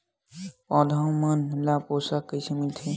पौधा मन ला पोषण कइसे मिलथे?